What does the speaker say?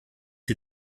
den